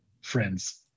friends